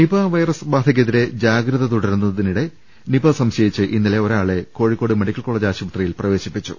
Nipah virus ബാധയ്ക്കെതിരെ ജാഗ്രത തുടരുന്നതിനിടെ നിപ സംശയിച്ച് ഇന്നലെ ഒരാളെ കോഴിക്കോട് മെഡിക്കൽ കോളേജിൽ പ്രവേ ശിപ്പിച്ചു